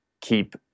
keep